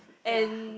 and